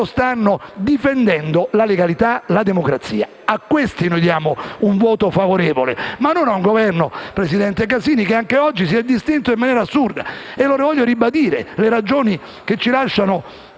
stanno difendendo la legalità e la democrazia. A questi diamo un voto favorevole, ma non ad un Governo, presidente Casini, che anche oggi si è distinto in maniera assurda. Voglio ribadire le ragioni che ci lasciano